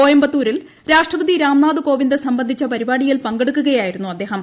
കോയമ്പത്തൂരിൽ രാഷ്ട്രപതി രാംനാഥ് കോവിന്ദ് സംബന്ധിച്ച പരിപാടിയിൽ പങ്കെടുക്കുകയായിരുന്നു അദ്ദേഹം